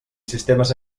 sistemes